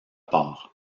port